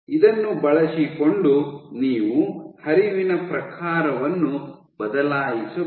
ಇದನ್ನು ಬಳಸಿಕೊಂಡು ನೀವು ಹರಿವಿನ ಪ್ರಕಾರವನ್ನು ಬದಲಾಯಿಸಬಹುದು